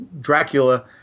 Dracula